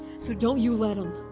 so don't you let em.